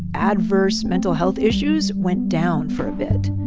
adverse mental health issues went down for a bit.